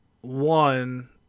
one